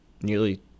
nearly